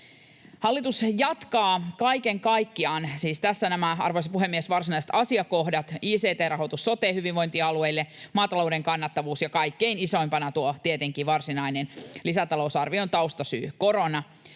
lisääntymisen vuoksi. Siis tässä nämä, arvoisa puhemies, varsinaiset asiakohdat: ict-rahoitus sote-, hyvinvointialueille, maatalouden kannattavuus ja kaikkein isoimpana tietenkin tuo varsinainen lisätalousarvion taustasyy, korona.